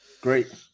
Great